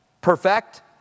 perfect